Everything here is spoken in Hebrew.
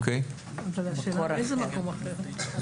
השאלה מאיזה מקור אחר.